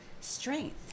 strength